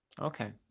Okay